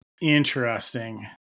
Interesting